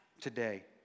today